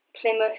Plymouth